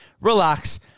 relax